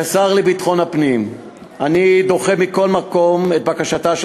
כשר לביטחון הפנים אני דוחה מכל מקום את בקשתה של